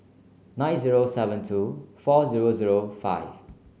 nine zero seven two four zero zero five